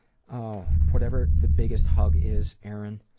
ah whatever the biggest hug is, erin,